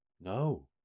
no